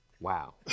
Wow